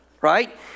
right